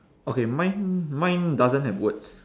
okay mine mine doesn't have words